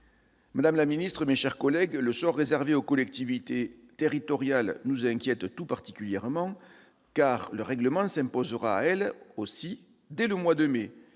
Madame la ministre, mes chers collègues, le sort réservé aux collectivités territoriales nous inquiète tout particulièrement, car le règlement s'imposera à elles aussi dès le mois de mai.